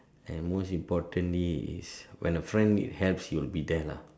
and most importantly is when the friend need help he will be there lah